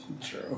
True